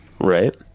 Right